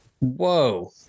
Whoa